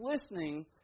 listening